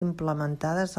implementades